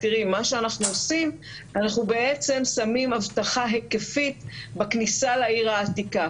שמה שהם עושים זה בעצם שמים אבטחה היקפית בכניסה לעיר העתיקה,